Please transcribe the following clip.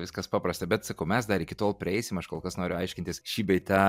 viskas paprasta bet sakau mes dar iki tol prieisim aš kol kas noriu aiškintis šį bei tą